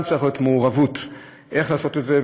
גם צריכה להיות מעורבות איך לעשות את זה,